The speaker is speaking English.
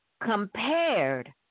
compared